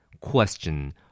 Question